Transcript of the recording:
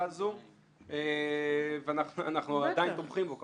הזו ואנחנו עדיין תומכים בו כמובן.